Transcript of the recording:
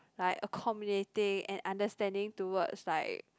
like accommodating and understanding towards like